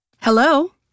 Hello